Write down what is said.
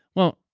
well,